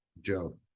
Joe